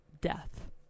death